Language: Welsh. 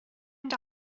mynd